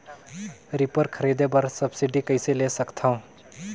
Reaper खरीदे बर subsidy कइसे ले सकथव?